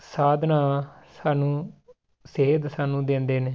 ਸਾਧਨਾ ਸਾਨੂੰ ਸੇਧ ਸਾਨੂੰ ਦਿੰਦੇ ਨੇ